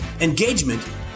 engagement